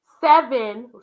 seven